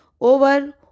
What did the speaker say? over